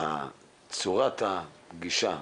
צורת הגישה,